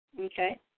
Okay